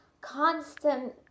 Constant